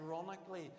ironically